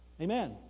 Amen